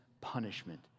punishment